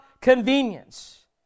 convenience